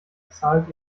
bezahlt